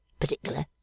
particular